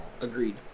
Agreed